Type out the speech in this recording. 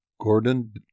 Gordon